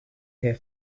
here